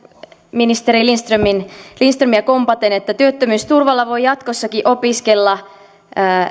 ministeri lindströmiä kompaten että työttömyysturvalla voi jatkossakin opiskella